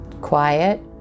quiet